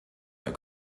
herr